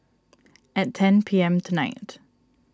at ten P M tonight